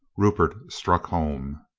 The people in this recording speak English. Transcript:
rupert struck home.